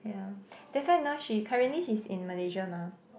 yeah that's why now she currently she's in Malaysia mah